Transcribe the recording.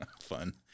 fun